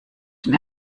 den